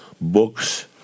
Books